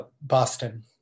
Boston